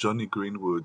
ג'וני גרינווד,